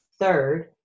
Third